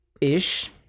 ish